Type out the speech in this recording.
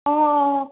অঁ অঁ